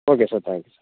okay sir thank you sir